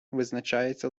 визначається